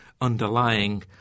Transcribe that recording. underlying